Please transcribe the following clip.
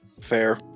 Fair